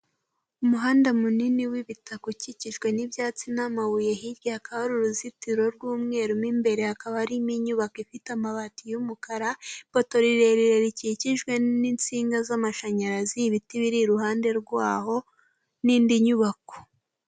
Umuhanda munini w'ibita ukikijwe n'ibyatsi n'amabuye hiryakaba hari ari uruzitiro rw'umweru mw'imbere hakaba haririmo inyubako ifite amabati y'umukara, ipoto rirerire rikikijwe n'insinga z'amashanyarazi, ibiti biri iruhande rwaho n'indi nyubako.